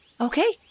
Okay